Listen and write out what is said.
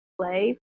play